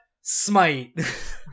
Smite